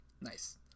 Nice